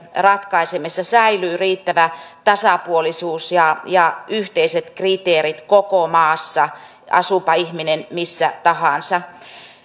ratkaisemisessa säilyy riittävä tasapuolisuus ja ja yhteiset kriteerit koko maassa asuupa ihminen missä tahansa